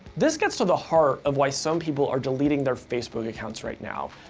this gets to the heart of why some people are deleting their facebook accounts right now.